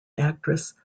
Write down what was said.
actress